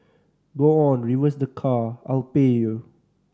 go on reverse the car I'll pay you